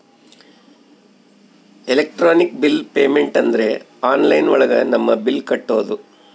electronic bill payment ಅಂದ್ರೆ online ಒಳಗ ನಮ್ ಬಿಲ್ ಕಟ್ಟೋದು